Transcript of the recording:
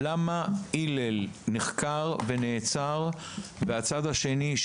למה הלל נחקר ונעצר והצד השני,